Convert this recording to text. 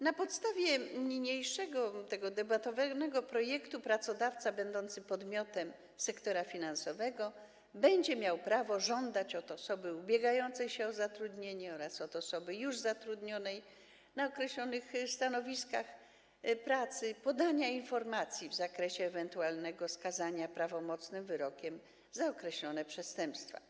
Na podstawie niniejszego debatowanego projektu pracodawca będący podmiotem sektora finansowego będzie miał prawo żądać od osoby ubiegającej się o zatrudnienie oraz od osoby już zatrudnionej na określonych stanowiskach pracy podania informacji w zakresie ewentualnego skazania prawomocnym wyrokiem za określone przestępstwa.